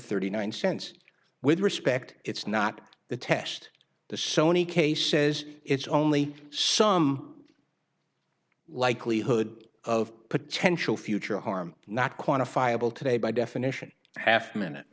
thirty nine cents with respect it's not the test the sony case says it's only some likelihood of potential future harm not quantifiable today by definition half minute